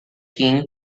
king